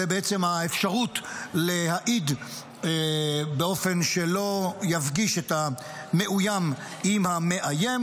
הוא בעצם האפשרות להעיד באופן שלא יפגיש את המאוים עם המאיים.